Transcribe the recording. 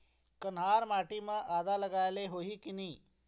कन्हार माटी म आदा लगाए ले होही की नहीं?